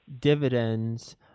dividends